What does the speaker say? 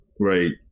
right